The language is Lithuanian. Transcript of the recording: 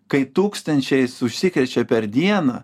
kai tūkstančiais užsikrečia per dieną